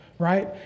right